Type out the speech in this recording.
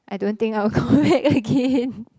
I don't think I'll go back again